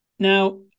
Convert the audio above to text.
Now